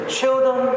children